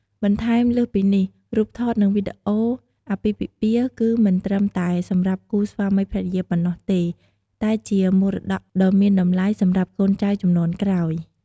បន្ថែមលើសពីនេះ រូបថត និងវីដេអូអាពាហ៍ពិពាហ៍ គឺមិនត្រឹមតែសម្រាប់គូស្វាមីភរិយាប៉ុណ្ណោះទេ តែជាមរតកដ៏មានតម្លៃសម្រាប់កូនចៅជំនាន់ក្រោយ។